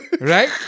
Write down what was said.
right